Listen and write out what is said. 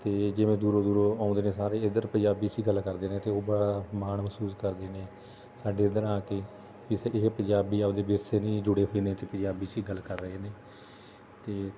ਅਤੇ ਜਿਵੇਂ ਦੂਰੋਂ ਦੂਰੋਂ ਆਉਂਦੇ ਨੇ ਸਾਰੇ ਇੱਧਰ ਪੰਜਾਬੀ ਇਸੀ ਗੱਲ ਕਰਦੇ ਨੇ ਤਾਂ ਉਹ ਬੜਾ ਮਾਣ ਮਹਿਸੂਸ ਕਰਦੇ ਨੇ ਸਾਡੇ ਇੱਧਰ ਆ ਕੇ ਕਿਸੇ ਇਹ ਪੰਜਾਬੀ ਆਪਣੇ ਵਿਰਸੇ ਨੇ ਹੀ ਜੁੜੇ ਹੋਏ ਨੇ ਤੇ ਪੰਜਾਬੀ ਇਸ ਹੀ ਗੱਲ ਕਰ ਰਹੇ ਨੇ ਅਤੇ